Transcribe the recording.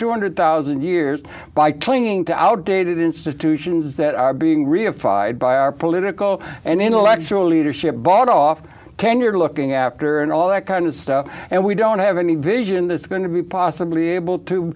two hundred thousand years by clinging to outdated institutions that are being reified by our political and intellectual leadership bought off tenure looking after and all that kind of stuff and we don't have any vision that's going to be possibly able to